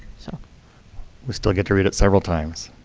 so we still get to read it several times.